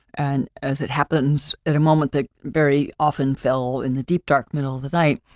and as it happens at a moment that very often fell in the deep, dark middle of the night.